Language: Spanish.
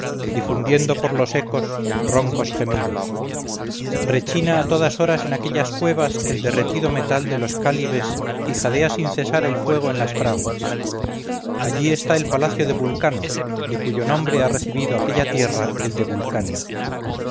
difundiendo por los ecos roncos gemidos rechina a todas horas en aquellas cuevas el derretido metal de los cálibes y jadea sin césar el fuego en las fraguas allí está el palacio de vulcano de cuyo nombre ha recibido aquella tierra el de vulcania